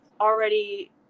already